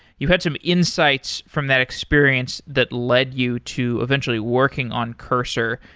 you had some insights from that experience that led you to eventually working on cursor.